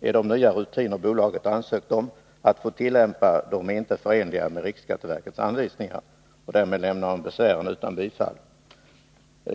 de nya rutiner bolaget ansökt om att få tillämpa inte förenliga med RSVs anvisningar.” Riksskatteverket lämnar därmed besvären utan bifall.